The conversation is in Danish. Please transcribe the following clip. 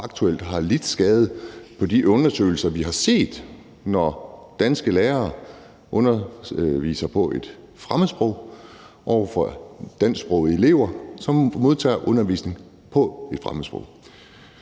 og faktuelt har lidt skade ifølge de undersøgelser, vi har set, når danske lærere underviser på et fremmedsprog over for dansksprogede elever, som modtager undervisning på et fremmedsprog.